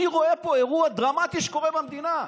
אני רואה פה אירוע דרמטי שקורה במדינה.